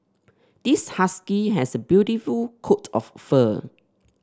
this husky has a beautiful coat of fur